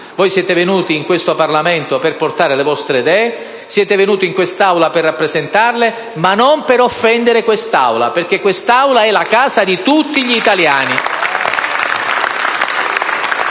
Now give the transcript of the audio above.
Voi siete venuti in questo Parlamento per portare le vostre idee siete venuti in quest'Aula per rappresentarle, ma non per offendere quest'Aula, perché quest'Aula è la casa di tutti gli italiani.